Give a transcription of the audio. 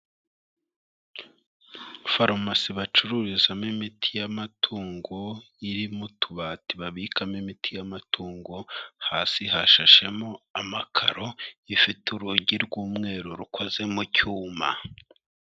Farumasi bacururizamo imiti y'amatungo iri mu tubati babikamo imiti y'amatungo, hasi hashashemo amakaro, ifite urugi rw'umweru rukoze mu cyuma.